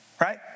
Right